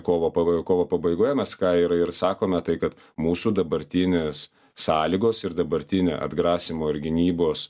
kovo pabai kovo pabaigoje mes ką ir ir sakome tai kad mūsų dabartinės sąlygos ir dabartinė atgrasymo ir gynybos